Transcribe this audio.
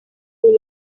uyu